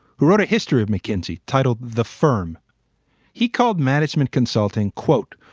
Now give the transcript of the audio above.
who wrote a history of mckinsey, titled the firm he called management consulting, quote,